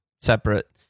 separate